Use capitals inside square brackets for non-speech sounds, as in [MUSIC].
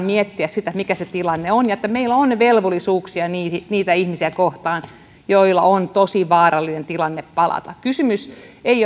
[UNINTELLIGIBLE] miettiä sitä mikä se tilanne on ja että meillä on velvollisuuksia niitä ihmisiä kohtaan joilla on tosi vaarallinen tilanne palata kysymys ei [UNINTELLIGIBLE]